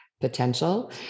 potential